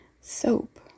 soap